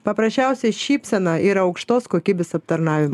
paprasčiausiai šypsena ir aukštos kokybės aptarnavima